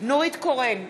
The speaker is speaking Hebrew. נורית קורן,